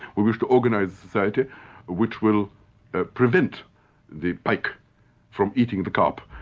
we wish to organise society which will ah prevent the pike from eating the carp.